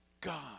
God